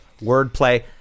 Wordplay